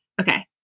Okay